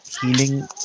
healing